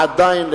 עדיין,